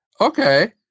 Okay